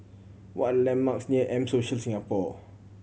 what are the landmarks near M Social Singapore